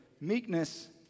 meekness